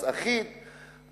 מס אחיד,